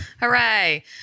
Hooray